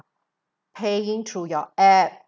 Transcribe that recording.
paying through your app